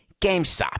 GameStop